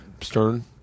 Stern